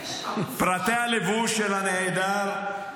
פריטי הלבוש של הנעדר: